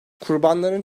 kurbanların